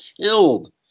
killed